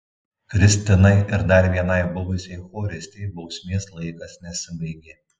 kristinai ir dar vienai buvusiai choristei bausmės laikas nesibaigė